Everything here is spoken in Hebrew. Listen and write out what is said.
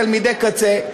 תלמידי קצה,